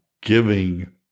giving